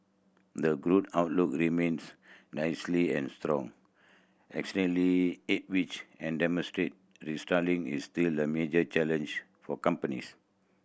the growth outlook remains amid strong externally head which and domestic restructuring is still a major challenge for companies